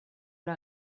una